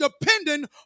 dependent